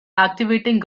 activating